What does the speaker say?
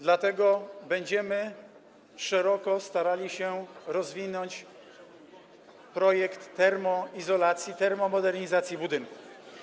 Dlatego będziemy szeroko starali się rozwinąć projekt termoizolacji, termomodernizacji budynków.